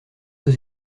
aux